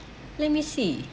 so let me see